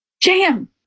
jam